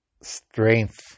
strength